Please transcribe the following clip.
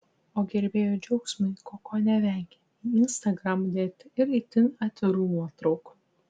o gerbėjų džiaugsmui koko nevengia į instagram dėti ir itin atvirų nuotraukų